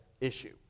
issue